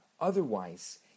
Otherwise